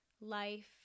life